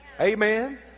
Amen